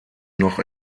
noch